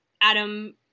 Adam